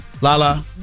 Lala